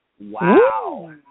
Wow